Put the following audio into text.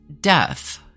death